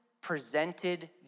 presented